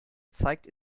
zeigt